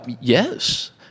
yes